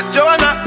Joanna